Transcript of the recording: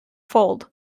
fuld